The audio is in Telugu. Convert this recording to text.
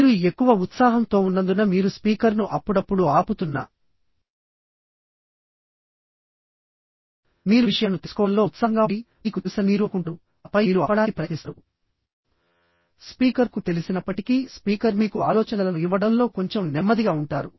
మీరు ఎక్కువ ఉత్సాహం తో ఉన్నందున మీరు స్పీకర్ను అప్పుడప్పుడు ఆపుతున్న మీరు విషయాలను తెలుసుకోవడంలో ఉత్సాహంగా ఉండిమీకు తెలుసని మీరు అనుకుంటారు ఆపై మీరు ఆపడానికి ప్రయత్నిస్తారు స్పీకర్కు తెలిసినప్పటికీస్పీకర్ మీకు ఆలోచనలను ఇవ్వడంలో కొంచెం నెమ్మదిగా ఉంటారు